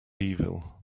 evil